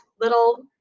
little